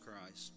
Christ